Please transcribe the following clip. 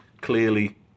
clearly